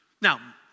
Now